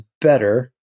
better